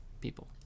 people